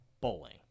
Bowling